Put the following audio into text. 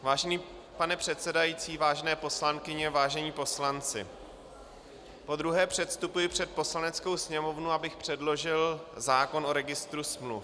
Vážený pane předsedající, vážené poslankyně, vážení poslanci, podruhé předstupuji před Poslaneckou sněmovnu, abych předložil zákon o registru smluv.